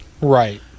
Right